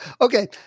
okay